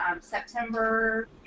September